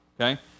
Okay